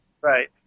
Right